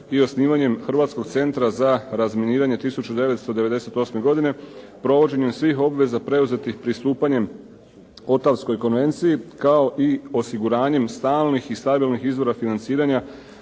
i osnivanjem Hrvatskog centra za razminiranje 1998. godine provođenjem svih obveza preuzetih pristupanjem Ottawskoj konvenciji, kao i osiguranjem stalnih i stabilnih izbora financiranja